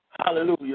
hallelujah